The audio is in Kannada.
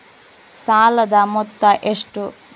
ಸಾಲದ ಮೊತ್ತ ಎಷ್ಟು?